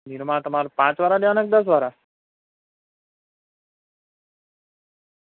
નિરમા તમારે પાંચવાળા લેવાના કે દસવાળા